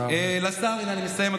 אני מסיים,